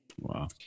Wow